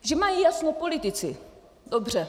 Že mají jasno politici, dobře.